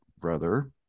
brother